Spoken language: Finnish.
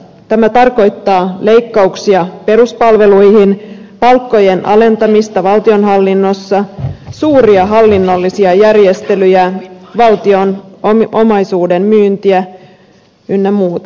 tämä tarkoittaa leikkauksia peruspalveluihin palkkojen alentamista valtionhallinnossa suuria hallinnollisia järjestelyjä valtion omaisuuden myyntiä ynnä muuta